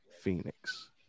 Phoenix